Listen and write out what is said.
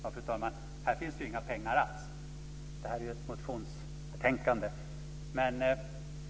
Fru talman! Här finns inga pengar alls. Det här är ett motionsbetänkande.